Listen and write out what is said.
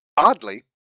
Oddly